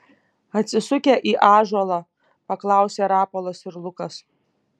atsisukę į ąžuolą paklausė rapolas ir lukas